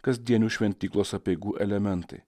kasdienių šventyklos apeigų elementai